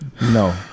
No